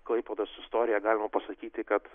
klaipėdos istoriją galima pasakyti kad